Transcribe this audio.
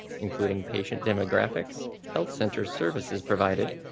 including patient demographics, health center services provided,